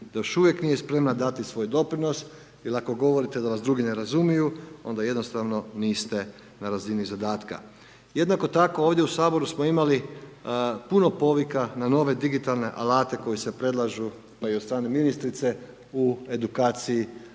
još uvijek nije spremna dati svoj doprinos, jer ako govorite da vas drugi ne razumiju, onda jednostavno niste na razini zadatka. Jednako tako ovdje u Saboru smo imali puno povika na nove digitalne alate, koji se predlažu pa i od strane ministrice u edukaciji